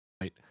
right